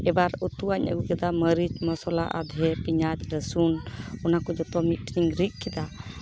ᱮᱵᱟᱨ ᱩᱛᱩᱣᱟᱜ ᱤᱧ ᱤᱫᱤ ᱠᱮᱫᱟ ᱢᱟᱹᱨᱤᱪ ᱢᱚᱥᱞᱟ ᱟᱫᱷᱮ ᱯᱮᱸᱭᱟᱡᱽ ᱨᱟᱥᱩᱱ ᱚᱱᱟ ᱠᱚ ᱡᱚᱛᱚ ᱢᱤᱫ ᱴᱷᱮᱱ ᱤᱧ ᱨᱤᱫ ᱠᱮᱫᱟ